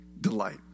delight